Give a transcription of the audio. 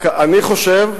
רק אני חושב,